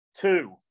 Two